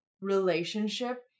relationship